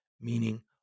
meaning